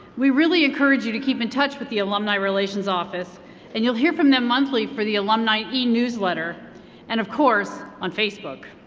we really encourage you to keep in touch with the alumni relations office and you'll hear from them monthly for the alumni e-newletter and of course on facebook.